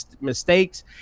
mistakes